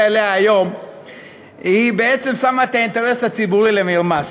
עליה היום בעצם שמה את האינטרס הציבורי למרמס.